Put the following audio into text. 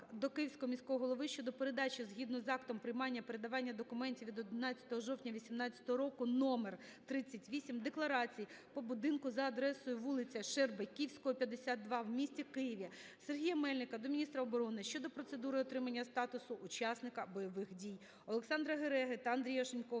до Київського міського голови щодо передачі згідно з актом приймання-передавання документів від 11жовтня 18-го року № 38 декларацій по будинку за адресою вулиця Щербаківського, 52 в місті Києві. Сергія Мельника до міністра оборони щодо процедури отримання статусу учасника бойових дій. Олександра Гереги та Андрія Шиньковича